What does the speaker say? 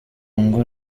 ngo